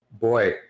boy